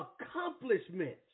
accomplishment